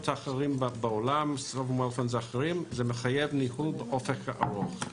האחרות בעולם זה מחייב ניהול באופק ארוך.